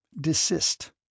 Desist